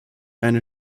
eine